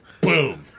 Boom